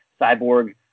Cyborg